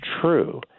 true